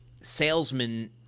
salesman